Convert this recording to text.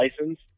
license